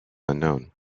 unknown